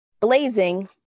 Blazing